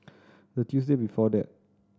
the Tuesday before that